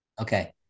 Okay